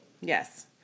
Yes